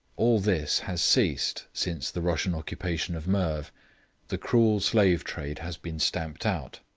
all this has ceased since the russian occupation of merv the cruel slave trade has been stamped out.